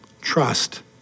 Trust